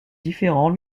différents